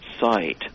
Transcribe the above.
site